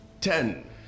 ten